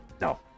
No